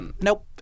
nope